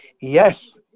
Yes